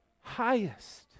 highest